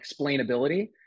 explainability